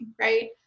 right